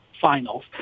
finals